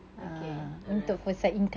okay alright